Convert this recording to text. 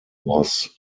was